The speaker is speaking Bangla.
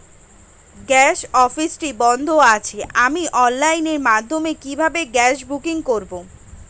গ্যাস অফিসটি বন্ধ আছে আমি অনলাইনের মাধ্যমে কিভাবে গ্যাস বুকিং করব?